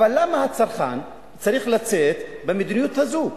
אבל למה הצרכן צריך לספוג את המדיניות הזאת?